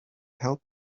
help